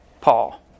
Paul